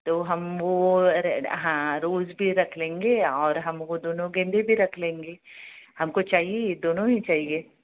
तो हम वो रेड हाँ रोज़ भी रख लेंगे और हम वो दोनों गेंदे भी रख लेंगे हमको चाहिए ही दोनों ही चाहिए